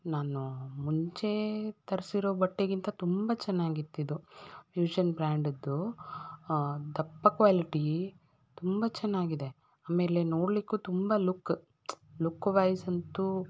ನಾನು ಮುಂಚೆ ತರಿಸಿರೋ ಬಟ್ಟೆಗಿಂತ ತುಂಬ ಚೆನ್ನಾಗಿತ್ತು ಇದು ಫ್ಯೂಶನ್ ಬ್ರ್ಯಾಂಡದ್ದು ದಪ್ಪ ಕ್ವ್ಯಾಲಿಟಿ ತುಂಬ ಚೆನ್ನಾಗಿದೆ ಆಮೇಲೆ ನೋಡಲಿಕ್ಕೂ ತುಂಬ ಲುಕ್ ಲುಕ್ವೈಸ್ ಅಂತೂ